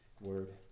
word